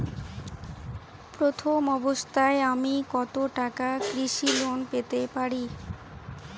প্রথম অবস্থায় আমি কত টাকা কৃষি লোন পেতে পারি?